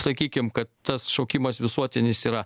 sakykim kad tas šaukimas visuotinis yra